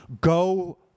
Go